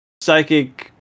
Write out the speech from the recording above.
psychic